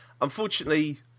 Unfortunately